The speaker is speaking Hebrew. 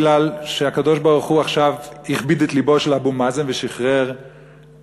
כי הקדוש-ברוך-הוא עכשיו הכביד את לבו של אבו מאזן ושחרר אתכם,